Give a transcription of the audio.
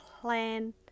plan